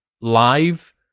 live